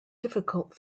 difficult